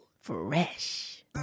Fresh